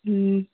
अँ